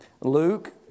Luke